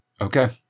Okay